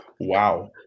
Wow